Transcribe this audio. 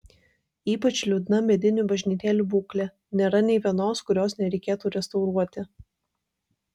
ypač liūdna medinių bažnytėlių būklė nėra nė vienos kurios nereikėtų restauruoti